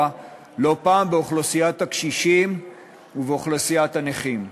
באוכלוסיית הקשישים ובאוכלוסיית הנכים.